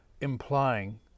implying